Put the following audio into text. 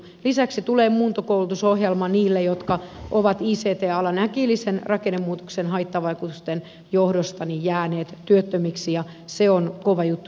lisäksi tulee muuntokoulutusohjelma niille jotka ovat ict alan äkillisen rakennemuutoksen haittavaikutusten johdosta jääneet työttömiksi ja se on kova juttu se